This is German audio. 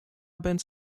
bands